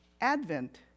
Advent